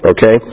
Okay